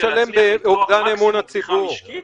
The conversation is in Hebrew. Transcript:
להצליח לפתוח מקסימום פתיחה משקית